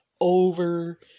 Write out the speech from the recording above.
over